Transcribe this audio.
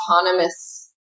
autonomous